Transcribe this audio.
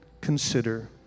consider